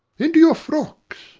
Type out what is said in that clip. into your frocks!